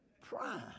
Prime